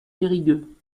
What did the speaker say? périgueux